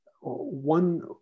one